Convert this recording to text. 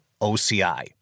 OCI